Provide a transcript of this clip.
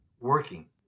working